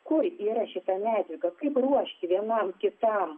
kur yra šita medžiaga kaip ruošti vienam kitam